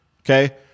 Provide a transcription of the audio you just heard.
okay